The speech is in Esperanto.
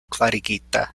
klarigita